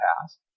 past